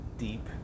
Deep